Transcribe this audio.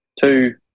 two